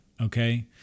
Okay